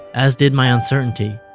as did my uncertainty.